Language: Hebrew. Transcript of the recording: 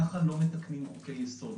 כך לא מתקנים חוקי-יסוד.